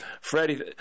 Freddie